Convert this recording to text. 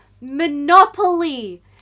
Monopoly